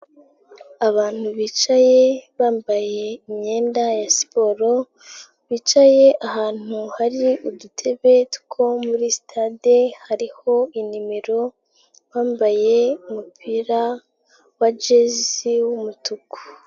Abantu bicaye bambaye imyenda ya siporo bicaye ahantu hari udutebe two muri stade hariho inimero, bambaye umupira wa jezi w'umutuku.